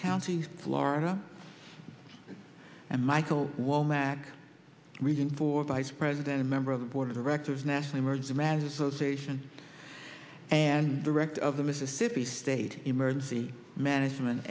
county florida and michael womack reading for vice president a member of the board of directors national emergency managers association and director of the mississippi state emergency management